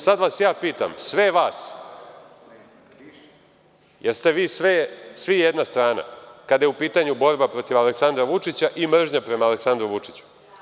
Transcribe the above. Sada pitam sve vas, jeste li vi svi jedna strana kada je u pitanju borba protiv Aleksandra Vučića i mržnja prema Aleksandru Vučiću.